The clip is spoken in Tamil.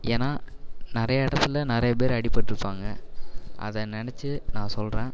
ஏன்னால் நிறையா இடத்துல நிறையா பேர் அடிப்பட்டிருப்பாங்க அதை நினச்சி நான் சொல்கிறேன்